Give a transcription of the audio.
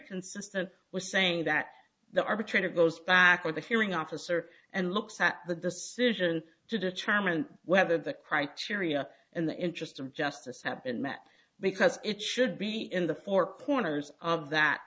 consistent was saying that the arbitrator goes back with a hearing officer and looks at the decision to determine whether the criteria and the interest of justice have been met because it should be in the four corners of that